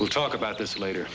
will talk about this later